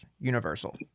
universal